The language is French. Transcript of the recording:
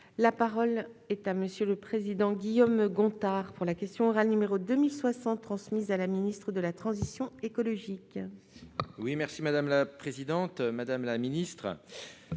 la parole est à monsieur le président, Guillaume Gontard pour la question orale, numéro 2 1060 transmise à la ministre de la transition écologique. Oui merci madame la présidente, madame la ministre,